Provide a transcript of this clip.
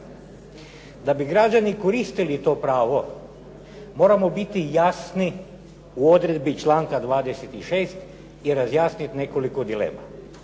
Da bi građani koristili to pravo, moramo biti jasni u odredbi članka 26. i razjasniti nekoliko dilema.